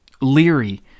leery